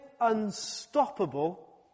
unstoppable